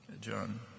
John